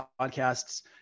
podcasts